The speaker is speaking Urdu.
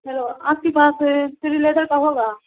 ہیلو آپ کے پاس شری لیدر کا ہوگا